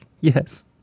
Yes